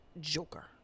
joker